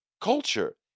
culture